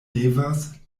devas